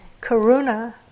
karuna